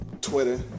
Twitter